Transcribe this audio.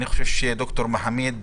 אני חושב, ד"ר מחמיד,